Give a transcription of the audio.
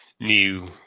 new